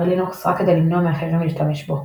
לינוקס רק כדי למנוע מאחרים להשתמש בו,